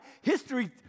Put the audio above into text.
History